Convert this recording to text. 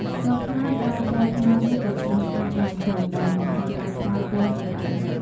ស្ករត្នោតផ្តល់ពណ៌ត្នោតមាសដ៏ស្រស់ស្អាតដល់ម្ហូប ដោយមិនចាំបាច់ប្រើពណ៌សិប្បនិម្មិត។